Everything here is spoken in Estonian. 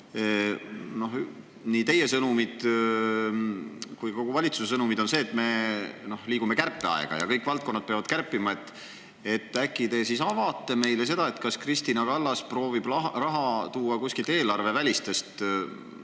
nii teie sõnumid kui ka kogu valitsuse sõnumid on sellised, et me liigume kärpeaega ja kõik valdkonnad peavad kärpima. Äkki te siis avate meile seda, kas Kristina Kallas proovib raha tuua kuskilt eelarvevälistest